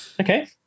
okay